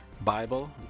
Bible